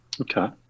Okay